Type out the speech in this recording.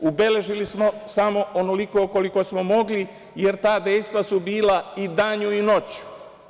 Ubeležili smo samo onoliko koliko smo mogli, jer ta dejstva su bila i danju i noću.